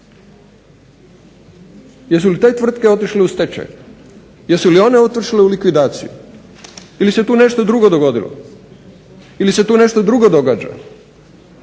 Jesu li te tvrtke otišle u stečaj? Jesu li one otišle u likvidaciju ili se tu nešto drugo dogodilo ili se tu nešto drugo događa?